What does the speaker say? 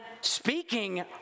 speaking